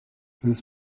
this